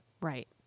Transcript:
Right